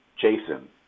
Jason